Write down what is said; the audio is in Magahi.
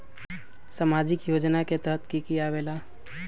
समाजिक योजना के तहद कि की आवे ला?